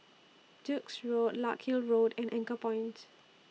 Duke's Road Larkhill Road and Anchorpoint